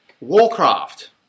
Warcraft